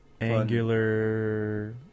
Angular